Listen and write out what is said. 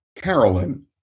Carolyn